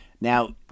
Now